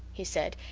he said,